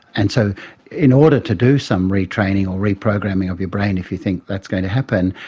and so in order to do some retraining or reprogramming of your brain if you think that's going to happen,